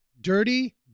dirty